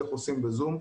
איך עושים בזום,